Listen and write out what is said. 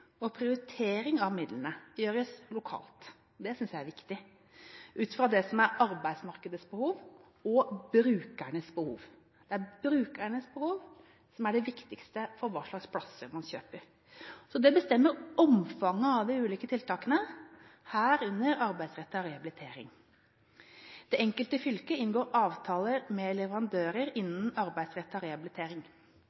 og prioritering av midlene gjøres lokalt – det synes jeg er viktig – ut fra det som er arbeidsmarkedets behov og brukernes behov. Det er brukernes behov som er det viktigste for hva slags plasser man kjøper. Dette bestemmer omfanget av de ulike tiltakene, herunder arbeidsrettet rehabilitering. Det enkelte fylke inngår avtaler med leverandører